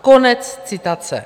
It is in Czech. Konec citace.